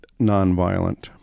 nonviolent